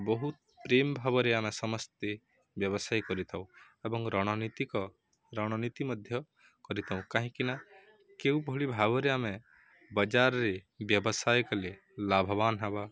ବହୁତ ପ୍ରେମ ଭାବରେ ଆମେ ସମସ୍ତେ ବ୍ୟବସାୟ କରିଥାଉ ଏବଂ ରଣନୀତିକ ରଣନୀତି ମଧ୍ୟ କରିଥାଉ କାହିଁକିନା କେଉଁ ଭଳି ଭାବରେ ଆମେ ବଜାରରେ ବ୍ୟବସାୟ କଲେ ଲାଭବାନ ହେବା